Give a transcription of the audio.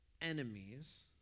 enemies